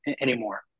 anymore